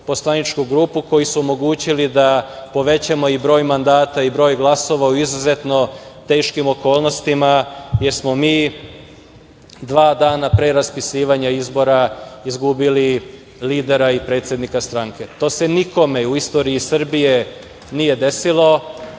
poslaničku grupu, koji su omogućili da povećamo i broj mandata i broj glasova u izuzetno teškim okolnostima, jer smo mi dva dana pre raspisivanja izbora izgubili lidera i predsednika stranke. To se nikome u istoriji Srbije nije desilo.